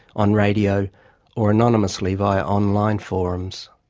on radio or anonymously via online forums.